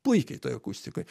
puikiai toj akustikoj